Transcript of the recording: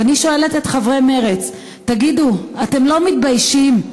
אני שואלת את חברי מרצ: תגידו, אתם לא מתביישים?